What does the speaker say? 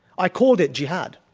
i called it jihad.